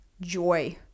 joy